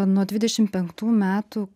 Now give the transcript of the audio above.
nuo dvidešim penktų metų